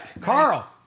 Carl